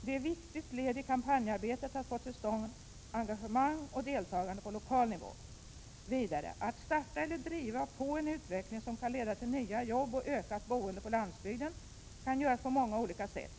Det är ett viktigt led i kampanjarbetet att få till stånd engagemang och deltagande på lokal nivå ———.” ”Att starta eller driva på en utveckling som kan leda till nya jobb och ökat boende på landsbygden kan göras på många olika sätt.